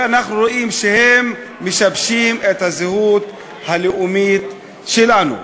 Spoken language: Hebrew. כי אנחנו רואים שהם משבשים את הזהות הלאומית שלנו.